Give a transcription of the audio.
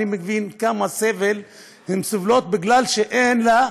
אני מבין כמה סבל הן סובלות בגלל שאין להן,